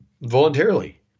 voluntarily